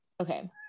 Okay